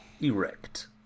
erect